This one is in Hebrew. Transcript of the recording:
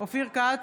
אופיר כץ,